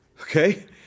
Okay